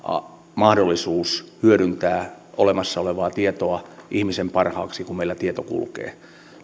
mahdollisuus hyödyntää olemassa olevaa tietoa ihmisen parhaaksi kun meillä tieto kulkee